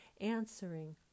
answering